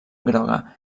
groga